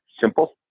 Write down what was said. simple